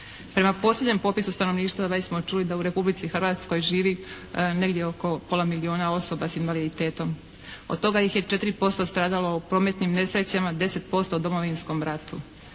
Prema posljednjem popisu stanovništva već smo čuli da u Republici Hrvatskoj živi negdje oko pola milijuna osoba s invaliditetom. Od toga ih je 4% stradalo u prometnim nesrećama, 10% u Domovinskom ratu.